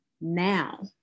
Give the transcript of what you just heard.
now